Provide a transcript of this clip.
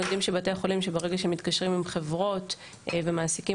אנחנו יודעים שברגע שבתי החולים מתקשרים עם חברות ומעסיקים